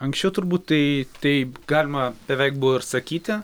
anksčiau turbūt tai taip galima beveik buvo ir sakyti